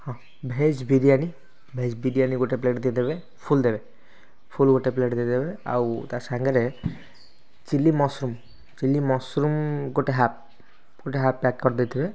ହଁ veg biryani veg biryani ଗୋଟେ plate ଦେଇ ଦେବେ ଫୁଲ୍ ଦେବେ ଫୁଲ୍ ଗୋଟେ ପ୍ଲେଟ୍ ଦେଇ ଦେବେ ଆଉ ତା ସାଙ୍ଗରେ ଚିଲି ମଶୃମ୍ ଚିଲି ମଶୃମ୍ ଗୋଟେ ହାପ୍ ଗୋଟେ ହାପ୍ ପ୍ୟାକ୍ କରି ଦେଇଥିବେ